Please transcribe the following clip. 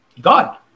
God